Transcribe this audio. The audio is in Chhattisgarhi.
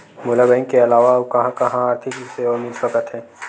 मोला बैंक के अलावा आऊ कहां कहा आर्थिक सेवा मिल सकथे?